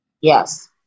Yes